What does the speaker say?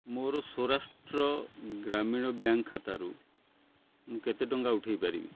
ମୋର ସୌରାଷ୍ଟ୍ର ଗ୍ରାମୀଣ ବ୍ୟାଙ୍କ୍ ଖାତାରୁ ମୁଁ କେତେ ଟଙ୍କା ଉଠାଇ ପାରିବି